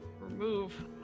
remove